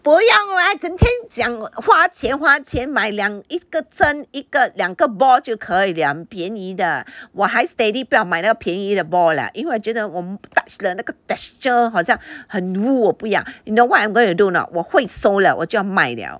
不用啦整天讲花钱花钱买两一个针一个两个 ball 就可以了很便宜的我还 steady 不要买那个便宜的 ball 了因为我觉得我们 touch 了那个 texture 好像很弱不要 you know what I'm going to do not 我会 sew liao 我就要卖 liao